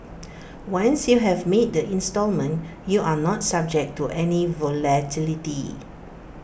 once you have made the instalment you are not subject to any volatility